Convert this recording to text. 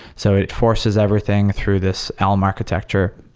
so it forces everything through this elm architecture,